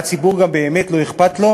והציבור גם באמת לא אכפת לו,